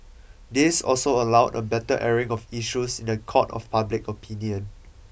this also allowed a better airing of issues in the court of public opinion